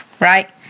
right